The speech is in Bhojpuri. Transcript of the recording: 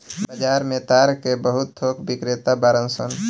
बाजार में ताड़ के बहुत थोक बिक्रेता बाड़न सन